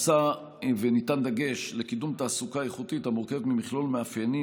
מושם דגש על קידום תעסוקה איכותית המורכבת ממכלול מאפיינים,